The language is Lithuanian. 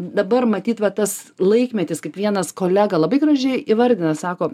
dabar matyt va tas laikmetis kaip vienas kolega labai gražiai įvardina sako